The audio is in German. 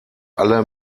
alle